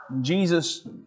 Jesus